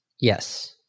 Yes